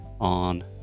on